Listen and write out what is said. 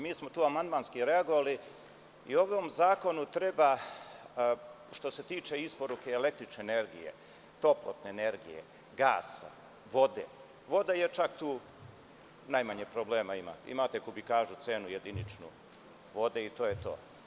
Mi smo tu amandmanski reagovali, što se tiče isporuke električne energije, toplotne energije, gasa, vode, voda tu najmanje problema ima, imate kubikažu, cenu jediničnu vode i to je to.